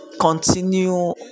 continue